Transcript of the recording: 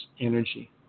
energy